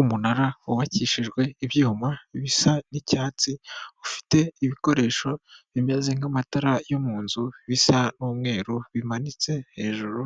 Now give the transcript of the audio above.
Umunara wubakishijwe ibyuma bisa n'icyatsi ufite ibikoresho bimeze nk'amatara yo mu nzu bisa n'umweru bimanitse hejuru